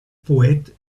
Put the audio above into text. poète